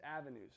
avenues